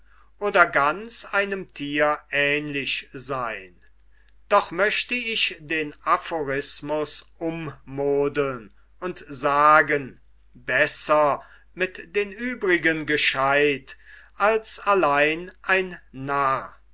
oder ganz einem thier ähnlich seyn doch möchte ich den aphorismus ummodeln und sagen besser mit den uebrigen gescheut als allein ein narr